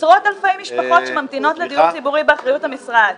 עשרות אלפי משפחות שממתינות לדיור הציבורי באחריות המשרד,